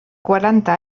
quaranta